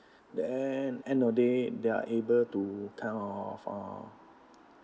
then end of day they're able to kind of um